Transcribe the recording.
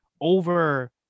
over